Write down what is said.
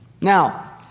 Now